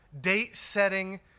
Date-setting